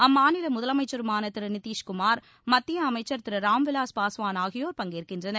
அம்மாநில முதலமைச்சருமான திரு நிதிஷ்குமார் மத்திய அமைச்சர் திரு ராம்விவாஸ் பாஸ்வான் ஆகியோர் பங்கேற்கின்றனர்